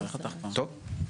טוב.